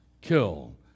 kill